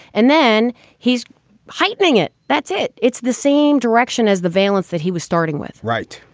and then he's heightening it. that's it. it's the same direction as the valence that he was starting with. right.